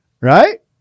Right